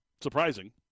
surprising